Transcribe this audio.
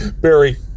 Barry